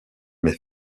met